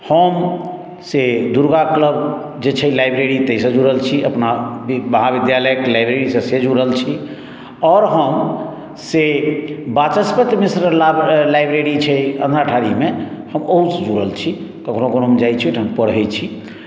हम से दुर्गा क्लब जे छै लाइब्रेरी ताहि सऽ जुड़ल छी अपना महाविद्यालयक लाइब्रेरी सऽ से जुड़ल छी आओर हम से वाचस्पति मिश्र लाइब्रेरी छै अंधराठाढ़ी मे ओहू सऽ जुड़ल छी कखनो कऽ हम जाइ छी ओहिठम पढै छी